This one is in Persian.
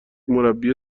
مربی